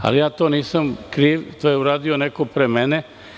Ja za to nisam kriv, to je uradio neko pre mene.